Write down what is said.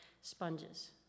sponges